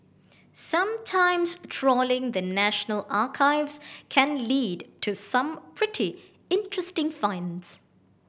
sometimes trawling the National Archives can lead to some pretty interesting finds